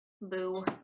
Boo